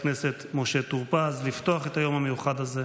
אני מזמין את חבר הכנסת משה טור פז לפתוח את היום המיוחד הזה.